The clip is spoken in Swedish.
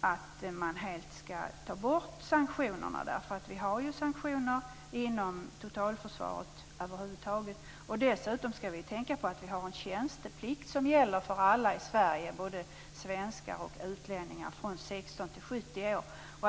att man helt skall ta bort sanktionerna. Vi har sanktioner inom totalförsvaret över huvud taget. Dessutom skall man tänka på att vi har en tjänsteplikt som gäller för alla i Sverige, både för svenskar och för utlänningar, från 16 till 70 års ålder.